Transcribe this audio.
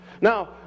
Now